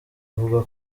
avuga